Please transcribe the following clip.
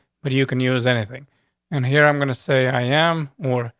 but you can use anything and here i'm going to say i am more.